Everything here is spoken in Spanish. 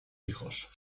hijos